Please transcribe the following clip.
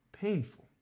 Painful